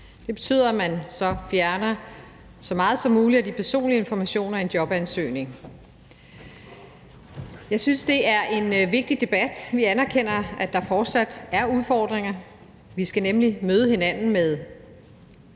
Det betyder, at man fjerner så meget som muligt af de personlige informationer i en jobansøgning. Jeg synes, det er en vigtig debat. Vi anerkender, at der fortsat er udfordringer. Vi skal nemlig møde hinanden med,